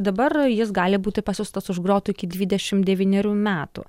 dabar jis gali būti pasiųstas už grotų iki dvidešim devynerių metų